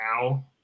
now